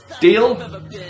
Deal